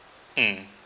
mm